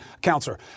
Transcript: Counselor